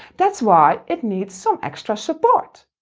that's why it needs some extra support.